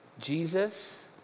Jesus